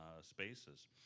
spaces